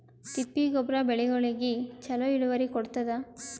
ತಿಪ್ಪಿ ಗೊಬ್ಬರ ಬೆಳಿಗೋಳಿಗಿ ಚಲೋ ಇಳುವರಿ ಕೊಡತಾದ?